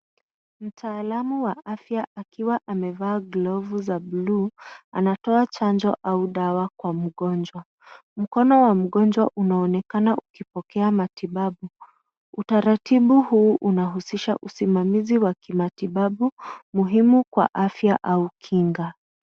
Mtaalamu wa afya akiwa amevaa glovu za buluu anatoa chanjo aua dawa kwa mgonjwa. Mkono wa mgonjwa unaonekana ukipokea matibabu. Utaratibu huu unahusisha usimamizi wa kimatibabu muhimu kwa afya au kinga.